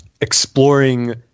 exploring